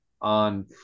on